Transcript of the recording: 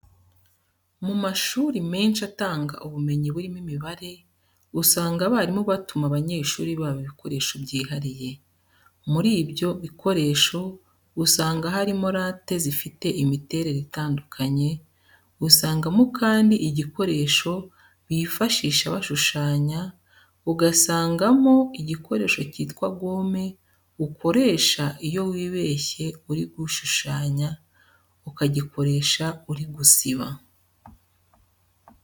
Mu mashuri menshi atanga ubumenyi burimo imibare, usanga abarimu batuma abanyeshuri babo ibikoresho byihariye. Muri ibyo bikoresho usanga harimo late zifite imiterere itandukanye, usangamo kandi igikoresho bifashisha bashushanya, ugasangamo igikoresho cyitwa gome ukoresha iyo wibeshye uri gushushanya, ukagikoresha uri gusiba.